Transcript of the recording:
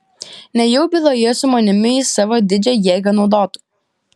nejau byloje su manimi jis savo didžią jėgą naudotų